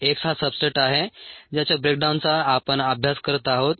X हा substrate आहे ज्याच्या ब्रेकडाऊनचा आपण अभ्यास करत आहोत